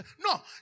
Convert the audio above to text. No